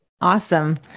Awesome